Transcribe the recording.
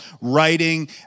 writing